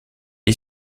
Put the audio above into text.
est